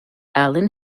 alan